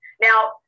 now